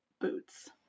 boots